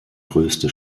größte